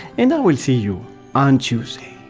and i will see you on tuesday